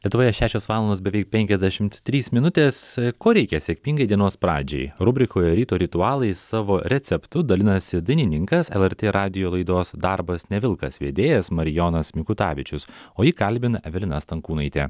lietuvoje šešios valandos beveik penkiasdešimt trys minutės ko reikia sėkmingai dienos pradžiai rubrikoje ryto ritualai savo receptu dalinasi dainininkas lrt radijo laidos darbas ne vilkas vedėjas marijonas mikutavičius o ji kalbina evelina stankūnaitė